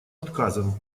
отказом